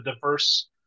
diverse